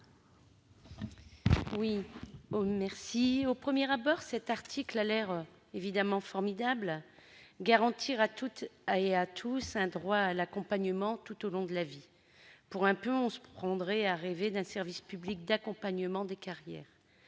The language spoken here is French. Au premier abord, cet article a l'air évidemment formidable : garantir à toutes et à tous un droit à l'accompagnement tout au long de la vie. Pour un peu, on se prendrait à rêver d'un service public d'accompagnement des carrières,